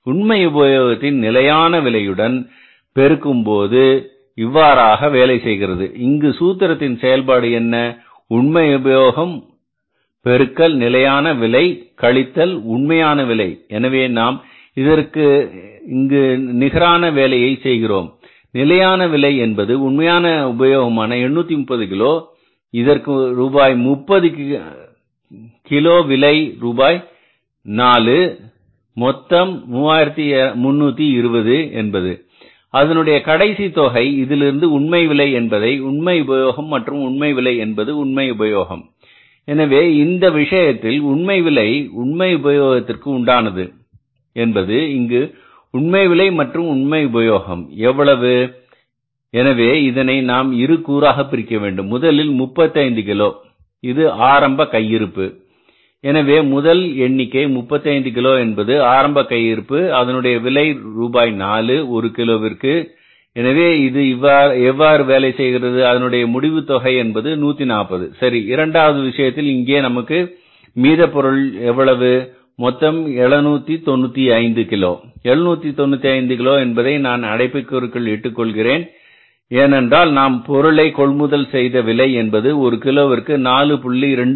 உண்மை உபயோகத்தின் நிலையான விலையுடன் பெருக்கும்போது இவ்வாறாக வேலை செய்கிறது இங்கு சூத்திரத்தின் செயல்பாடு என்ன உண்மை உபயோகம் பெருக்கல் நிலையான விலை கழித்தல் உண்மையான விலை எனவே நாம் இங்கு அதற்கு நிகரான வேலையை செய்கிறோம் நிலையான விலை என்பது உண்மையான உபயோகமான 830 கிலோ இதற்கு ரூபாய் 30 கிலோ விலை ரூபாய் நாலு மொத்தம் 3320 என்பது அதனுடைய கடைசி தொகை இதிலிருந்து உண்மை விலை என்பதை உண்மை உபயோகம் மற்றும் உண்மை விலை என்பது உண்மை உபயோகம் எனவே இந்த விஷயத்தில் உண்மை விலை உண்மை உபயோகத்திற்கு உண்டானது என்பது இங்கு உண்மை விலை மற்றும் உண்மை உபயோகம் எவ்வளவு எனவே இதனை நாம் இரு கூறாக பிரிக்க வேண்டும் முதலில் 35 கிலோ இது ஆரம்ப கையிருப்பு எனவே முதல் எண்ணிக்கை 35 கிலோ என்பது ஆரம்ப கையிருப்பு அதனுடைய விலை ரூபாய் நாலு ஒரு கிலோவிற்கு எனவே இது எவ்வாறு வேலை செய்கிறது அதனுடைய முடிவு தொகை என்பது 140 சரி இரண்டாவது விஷயத்தில் இங்கே நமக்கு மீத பொருள் எவ்வளவு மொத்தம் 795 கிலோ 795 கிலோ என்பதை நான் அடைப்புகுறிக்குள் இட்டுக்கொள்கிறேன் ஏனென்றால் நாம் பொருளை கொள்முதல் செய்த விலை என்பது ஒரு கிலோவிற்கு 4